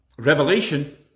Revelation